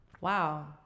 Wow